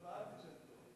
לא בחוץ-לארץ.